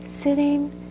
sitting